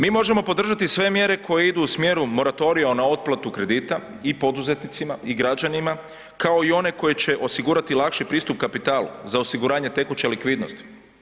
Mi možemo podržati sve mjere koje idu u smjeru moratorija na otplatu kredita i poduzetnicima i građanima kao i one koje će osigurati lakši pristup kapitalu za osiguranje tekuće likvidnosti.